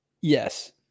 Yes